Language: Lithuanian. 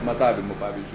matavimų pavyzdžiui